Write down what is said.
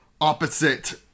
opposite